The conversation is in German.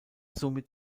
somit